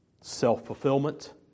Self-fulfillment